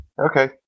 Okay